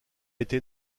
été